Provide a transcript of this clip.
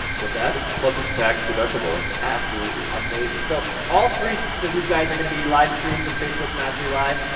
what's that? plus it's a tax deductible. absolutely. amazing. so all three of these guys are gonna be live streamed from facebook mastery live,